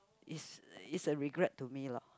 is is a regret to me lor